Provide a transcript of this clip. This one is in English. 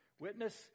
witness